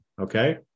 Okay